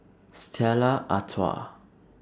Stella Artois